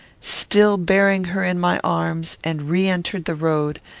still bearing her in my arms, and re-entered the road,